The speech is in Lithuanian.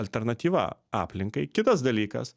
alternatyva aplinkai kitas dalykas